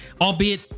Albeit